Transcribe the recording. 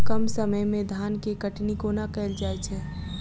कम समय मे धान केँ कटनी कोना कैल जाय छै?